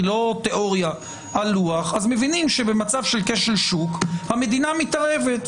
היא לא תיאוריה על לוח אז מבינים שבמצב של כשל שוק המדינה מתערבת.